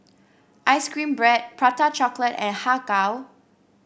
ice cream bread Prata Chocolate and Har Kow